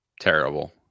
Terrible